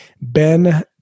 Ben